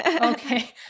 okay